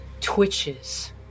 twitches